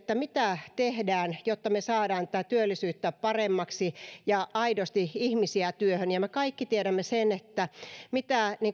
mitä tehdään jotta me saamme tätä työllisyyttä paremmaksi ja aidosti ihmisiä työhön me kaikki tiedämme sen että mitä